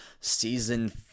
Season